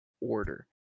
order